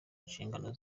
nshingano